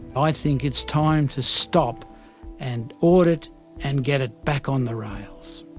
i think it's time to stop and audit and get it back on the rails.